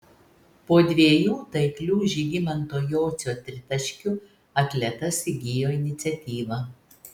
po dviejų taiklių žygimanto jocio tritaškių atletas įgijo iniciatyvą